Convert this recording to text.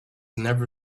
never